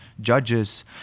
judges